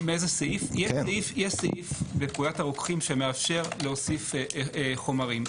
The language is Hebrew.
יש סעיף בפקודת הרוקחים שמאפשר להוסיף חומרים.